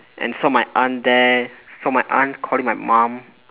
and saw my aunt there saw my aunt calling my mum